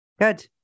Good